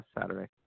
Saturday